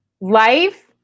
life